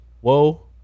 Whoa